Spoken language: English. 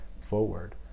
forward